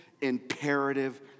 imperative